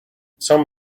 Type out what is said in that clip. some